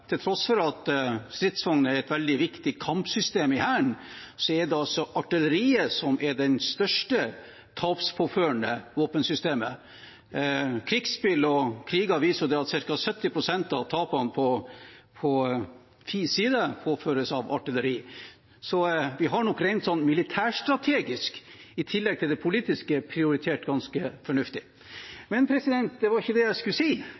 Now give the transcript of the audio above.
til tross for at stridsvogner er et veldig viktig kampsystem i hæren, er det artilleriet som er det største tapspåførende våpensystemet. Krigsspill og kriger viser at ca. 70 pst. av tapene på fiendens side påføres av artilleri. Så vi har nok rent militærstrategisk, i tillegg til det politiske, prioritert ganske fornuftig. Men det var ikke det jeg skulle si.